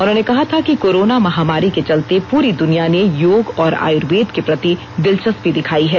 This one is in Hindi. उन्होंने कहा था कि कोरोना महामारी के चलते प्ररी द्वनिया ने योग और आयुर्वेद के प्रति दिलचस्पी दिखाई है